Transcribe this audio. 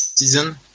season